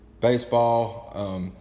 baseball